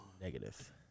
Negative